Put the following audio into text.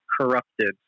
corrupted